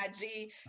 IG